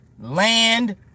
land